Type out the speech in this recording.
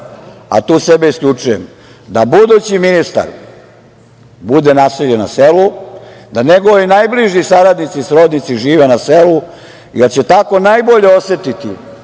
a tu sebe isključujem, da budući ministar bude naseljen na selu, da njegovi najbliži saradnici i srodnici žive na selu, jer će tako najbolje osetiti